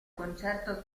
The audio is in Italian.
concerto